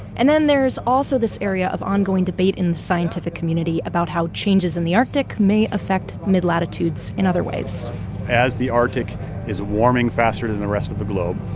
and then there's also this area of ongoing debate in the scientific community about how changes in the arctic may affect midlatitudes in other ways as the arctic is warming faster than the rest of the globe,